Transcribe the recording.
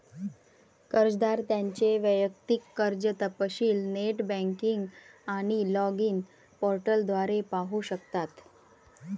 कर्जदार त्यांचे वैयक्तिक कर्ज तपशील नेट बँकिंग आणि लॉगिन पोर्टल द्वारे पाहू शकतात